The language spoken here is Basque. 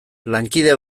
lankide